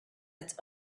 its